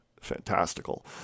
fantastical